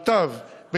מוטב,